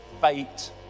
fate